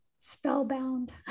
spellbound